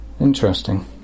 Interesting